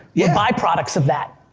yeah by-products of that.